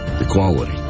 equality